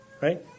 right